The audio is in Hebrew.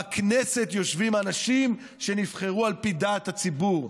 בכנסת יושבים האנשים שנבחרו על פי דעת הציבור,